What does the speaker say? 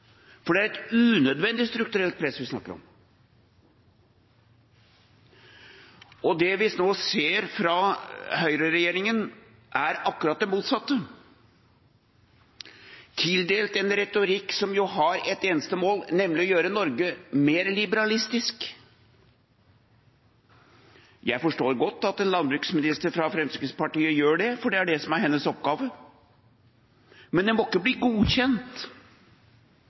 press. Det er et unødvendig strukturelt press vi snakker om. Men det vi nå ser fra høyreregjeringa, er akkurat det motsatte, med en retorikk som har ett eneste mål, nemlig å gjøre Norge mer liberalistisk. Jeg forstår godt at en landbruksminister fra Fremskrittspartiet gjør det, for det er hennes oppgave. Men det må ikke bli godkjent